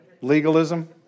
legalism